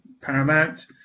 paramount